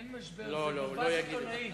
אין משבר, זה ברווז עיתונאי.